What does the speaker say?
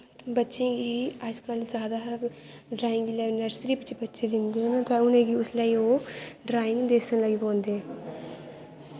बच्चें गी अजकल्ल जैदा ड्राइंग जिसलै नर्सरी च बच्चे जंदे न ते उ'नें गी उसलै ओह् ड्राइंग दस्सन लग्गी पौंदे